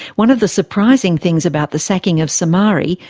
one of the surprising things about the sacking of somare,